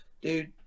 dude